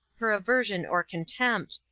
her aversion or contempt,